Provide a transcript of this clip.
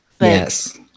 Yes